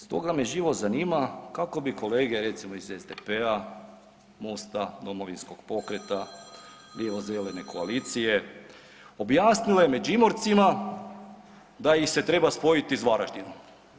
Stoga me živo zanima kako bi kolege recimo iz SDP-a, Mosta, Domovinskog pokreta, lijevo-zelene koalicije objasnile Međimurcima da ih se treba spojiti sa Varaždinom?